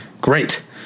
Great